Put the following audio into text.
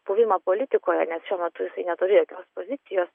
buvimą politikoje nes šiuo metu jisai neturi jokios pozicijos